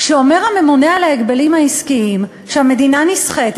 כשאומר הממונה על הגבלים עסקיים שהמדינה נסחטת,